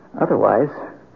Otherwise